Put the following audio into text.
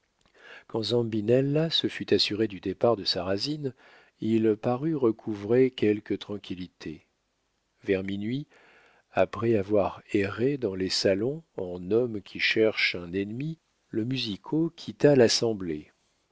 quand zambinella se fut assuré du départ de sarrasine il parut recouvrer quelque tranquillité vers minuit après avoir erré dans les salons en homme qui cherche un ennemi le musico quitta l'assemblée